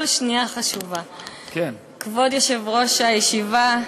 כבוד יושב-ראש הישיבה,